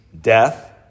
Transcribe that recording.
Death